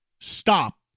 Stop